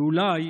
ואולי